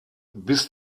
bis